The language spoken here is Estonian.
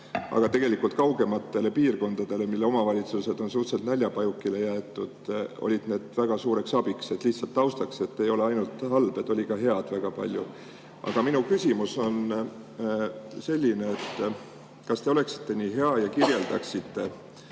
ära. Eriti just kaugematele piirkondadele, mille omavalitsused on suhteliselt näljapajukile jäetud, olid need väga suureks abiks. Lihtsalt taustaks [ütlen], et need ei olnud ainult halvad, nendes oli ka head väga palju. Aga minu küsimus on selline. Kas te oleksite nii hea ja kirjeldaksite,